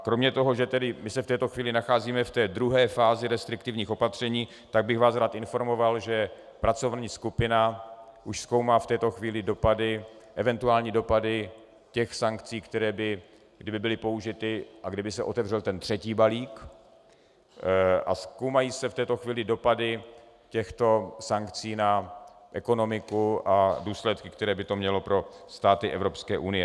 Kromě toho, že se v této chvíli nacházíme v té druhé fázi restriktivních opatření, tak bych vás rád informoval, že pracovní skupina už zkoumá v této chvíli eventuální dopady těch sankcí, které by, kdyby byly použity a kdyby se otevřel ten třetí balík, zkoumají se v této chvíli dopady těchto sankcí na ekonomiku a důsledky, které by to mělo pro státy Evropské unie.